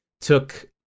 took